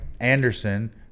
Anderson